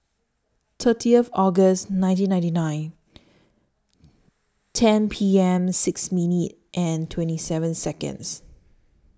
thirtieth August nineteen ninety nine ten P M six minute and twenty seven Seconds